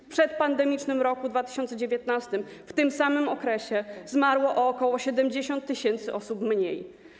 W przedpandemicznym roku 2019 w tym samym okresie zmarło o ok. 70 tys. osób mniej.